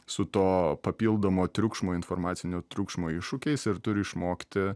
su to papildomo triukšmo informacinio triukšmo iššūkiais ir turi išmokti